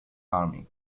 army